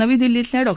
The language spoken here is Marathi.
नवी दिल्लीतल्या डॉ